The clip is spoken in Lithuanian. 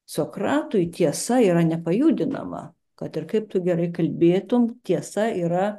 sokratui tiesa yra nepajudinama kad ir kaip tu gerai kalbėtum tiesa yra